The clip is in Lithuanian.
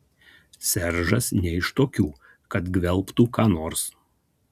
seržas ne iš tokių kad gvelbtų ką nors